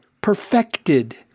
perfected